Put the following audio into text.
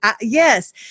Yes